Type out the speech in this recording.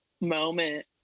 moment